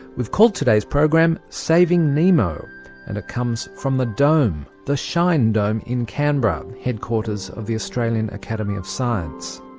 we've called today's program saving nemo and it comes from the dome, the shine dome dome in canberra, headquarters of the australian academy of science.